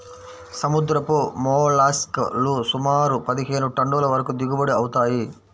సముద్రపు మోల్లస్క్ లు సుమారు పదిహేను టన్నుల వరకు దిగుబడి అవుతాయి